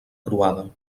croada